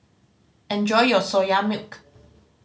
enjoy your Soya Milk